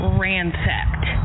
ransacked